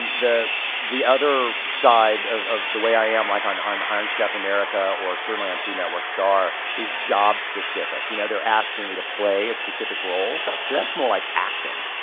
and the, the other side of, of the way i am like on on iron chef america or certainly on food network star is job specific. you know they're asking me to play a specific role, so that's more like acting.